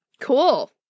Cool